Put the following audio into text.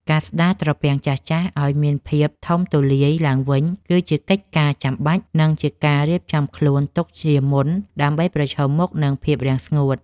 ការស្តារត្រពាំងចាស់ៗឱ្យមានសភាពធំទូលាយឡើងវិញ គឺជាកិច្ចការចាំបាច់ និងជាការរៀបចំខ្លួនទុកជាមុនដើម្បីប្រឈមមុខនឹងភាពរាំងស្ងួត។